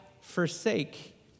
forsake